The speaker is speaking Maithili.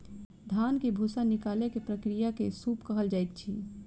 धान से भूस्सा निकालै के प्रक्रिया के सूप कहल जाइत अछि